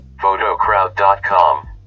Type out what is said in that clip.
photocrowd.com